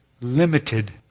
limited